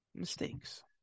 Mistakes